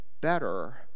better